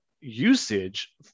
usage